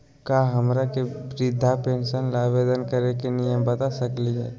का हमरा के वृद्धा पेंसन ल आवेदन करे के नियम बता सकली हई?